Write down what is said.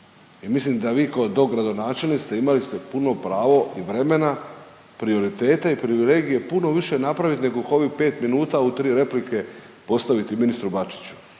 mislim da vi kao dogradonačelnik ste imali ste puno pravo i vremena prioritete i privilegije puno više napravit nego u ovih 5 minuta u 3 replike postaviti ministru